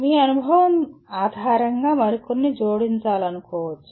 మీ అనుభవం ఆధారంగా మరికొన్ని జోడించాలనుకోవచ్చు